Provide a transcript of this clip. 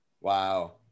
Wow